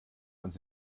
uns